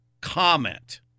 Comment